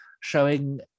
showing